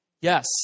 Yes